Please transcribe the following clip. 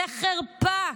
זאת חרפה.